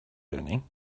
learning